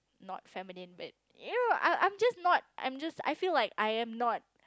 not feminine but you know I'm I'm just not I feel that I am not